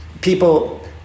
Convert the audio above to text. People